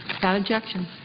without objection.